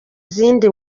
zindi